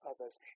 others